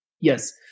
Yes